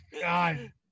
god